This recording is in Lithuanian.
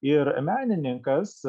ir menininkas